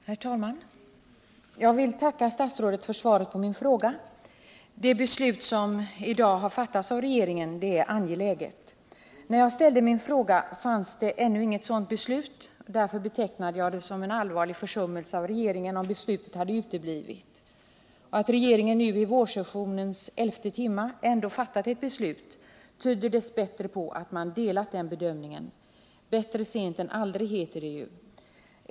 Herr talman! Jag vill tacka statsrådet för svaret på min fråga. Det beslut som i dag har fattats av regeringen är angeläget. När jag ställde min fråga fanns det ännu inget sådant beslut. Därför betecknade jag det som en allvarlig försummelse av regeringen, ifall beslutet hade uteblivit. Att regeringen nu, i vårsessionens elfte timma, ändå fattat ett beslut tyder dess bättre på att man delat den bedömningen. Bättre sent än aldrig, heter det ju.